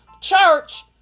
church